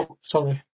sorry